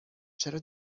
چرا